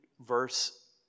verse